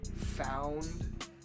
found